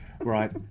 Right